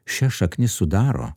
šias šaknis sudaro